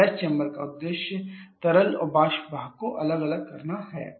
flash chamber का उद्देश्य तरल और वाष्प भाग को अलग करना है